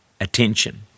attention